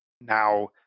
now